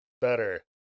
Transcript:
Better